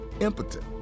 impotent